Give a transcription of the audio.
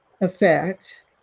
effect